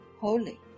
holy